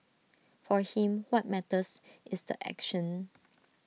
for him what matters is the action